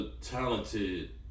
talented